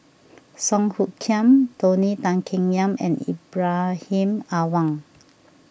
Song Hoot Kiam Tony Tan Keng Yam and Ibrahim Awang